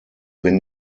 wenn